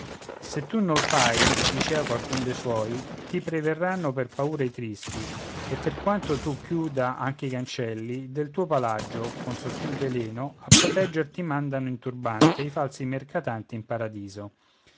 se tu nol fai dicea qualcun de suoi ti preverranno per paura i tristi e per quanto tu chiuda anche i cancelli del tuo palagio con sottil veleno a protegger ti mandano in turbante i falsi mercatanti in paradiso